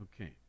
Okay